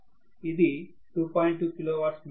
2 kilo watts machine